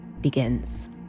begins